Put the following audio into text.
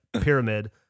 pyramid